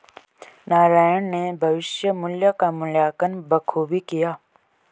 नारायण ने भविष्य मुल्य का मूल्यांकन बखूबी किया